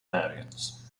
variants